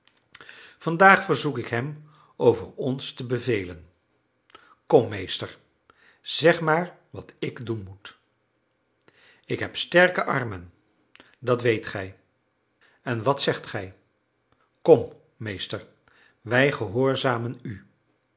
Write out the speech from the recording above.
vandaag verzoek ik hem over ons te bevelen kom meester zeg maar wat ik doen moet ik heb sterke armen dat weet gij en wat zegt gij kom meester wij gehoorzamen u